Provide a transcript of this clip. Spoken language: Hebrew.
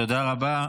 תודה רבה.